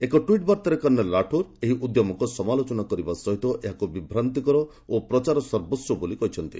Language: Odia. ଏକ ଟ୍ୱିଟ୍ ବାର୍ତ୍ତାରେ କର୍ଣ୍ଣେଲ୍ ରାଠୋର ଏହି ଉଦ୍ୟମକୁ ସମାଲୋଚନା କରିବା ସହ ଏହାକୁ ବିଭ୍ରାନ୍ତିକର ଓ ପ୍ରଚାରସର୍ବସ୍ୱ ବୋଲି କହିଛନ୍ତି